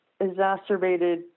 exacerbated